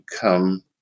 come